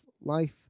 life